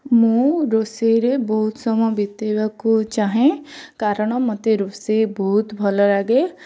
ମୁଁ ରୋଷେଇରେ ବହୁତ ସମୟ ବିତେଇବାକୁ ଚାହେଁ କାରଣ ମୋତେ ରୋଷେଇ ବହୁତ ଭଲ ଲାଗେ